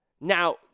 Now